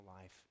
life